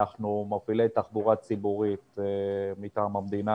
אנחנו מובילי תחבורה ציבורית מטעם המדינה